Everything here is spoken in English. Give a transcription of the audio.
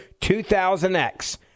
2000X